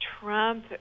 Trump